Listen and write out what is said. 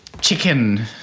chicken